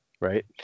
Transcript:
right